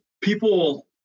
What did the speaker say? people